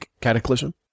cataclysm